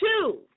two